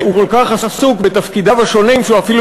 שהוא כל כך עסוק בתפקידיו השונים שהוא אפילו